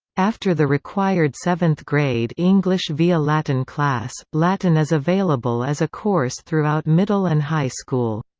after the required seventh grade english via latin class, latin is available as a course throughout middle and high school.